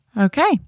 Okay